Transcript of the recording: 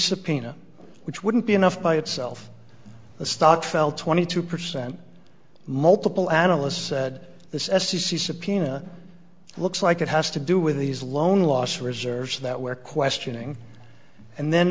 subpoena which wouldn't be enough by itself the stock fell twenty two percent multiple analysts said this as the subpoena looks like it has to do with these loan loss reserves that we're questioning and then